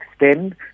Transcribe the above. extend